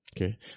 Okay